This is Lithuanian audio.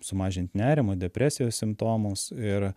sumažint nerimą depresijos simptomus ir